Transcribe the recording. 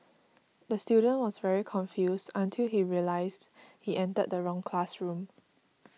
the student was very confused until he realised he entered the wrong classroom